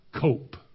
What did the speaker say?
cope